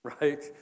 right